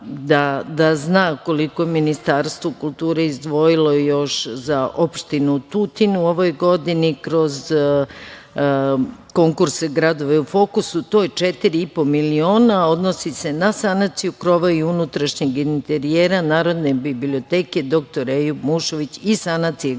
da zna koliko je Ministarstvo kulture izdvojilo još za opštinu Tutin u ovoj godini kroz konkurse „Gradovi u fokusu“. To je 4,5 miliona. Odnosi se na sanaciju krova i unutrašnjeg enterijera Narodne biblioteke „dr Ejup Mušović“ i sanacija grejanja